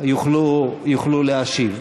יוכלו להשיב.